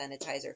sanitizer